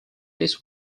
this